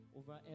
over